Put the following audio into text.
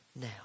now